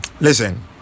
Listen